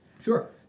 Sure